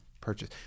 purchase